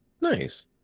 Nice